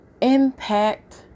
impact